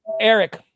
Eric